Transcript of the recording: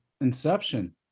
Inception